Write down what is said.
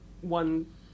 one